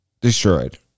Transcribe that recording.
destroyed